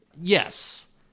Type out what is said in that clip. Yes